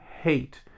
hate